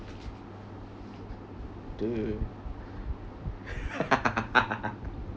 dude